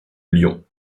lyon